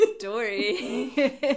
story